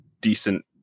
decent